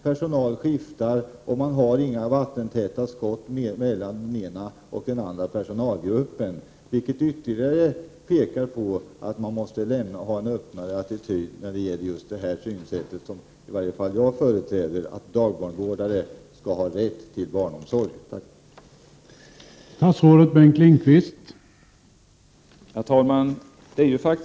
Personalen skiftar arbetsplats, och det finns inte längre några vattentäta skott mellan den ena och den andra personalgruppen, vilket ytterligare visar att vi måste ha en öppnare attityd till det synsätt som jag företräder, nämligen att dagbarnvårdarna skall ha rätt till barnomsorg för sina egna barn.